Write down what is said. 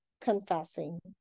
confessing